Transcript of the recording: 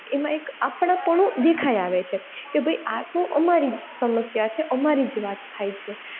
એમાં એક આપણાપણું દેખાઈ આવે છે કે ભાઈ તો અમારી જ સમસ્યા છે અમારી જ વાત થાય છે